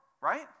right